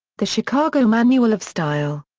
the chicago manual of style.